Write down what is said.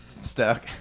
stuck